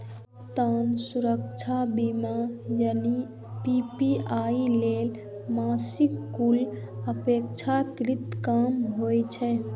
भुगतान सुरक्षा बीमा यानी पी.पी.आई लेल मासिक शुल्क अपेक्षाकृत कम होइ छै